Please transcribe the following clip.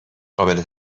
قابل